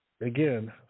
again